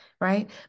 right